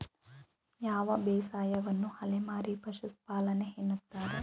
ಯಾವ ಬೇಸಾಯವನ್ನು ಅಲೆಮಾರಿ ಪಶುಪಾಲನೆ ಎನ್ನುತ್ತಾರೆ?